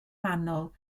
manwl